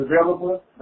available